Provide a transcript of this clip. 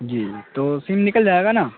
جی تو سم نکل جائے گا نا